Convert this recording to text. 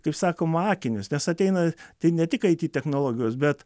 kaip sakoma akinius nes ateina tai ne tik aity technologijos bet